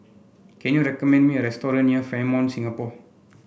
can you recommend me a restaurant near Fairmont Singapore